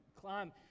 climb